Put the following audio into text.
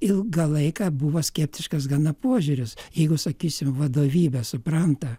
ilgą laiką buvo skeptiškas gana požiūris jeigu sakysim vadovybė supranta